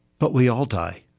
but we all die.